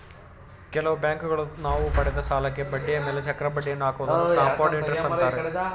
ಕೆಲವು ಬ್ಯಾಂಕುಗಳು ನಾವು ಪಡೆದ ಸಾಲಕ್ಕೆ ಬಡ್ಡಿಯ ಮೇಲೆ ಚಕ್ರ ಬಡ್ಡಿಯನ್ನು ಹಾಕುವುದನ್ನು ಕಂಪೌಂಡ್ ಇಂಟರೆಸ್ಟ್ ಅಂತಾರೆ